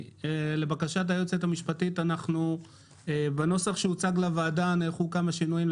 לבקשת היועצת המשפטית בנוסח שהוצג לוועדה נערכו כמה שינויים.